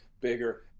bigger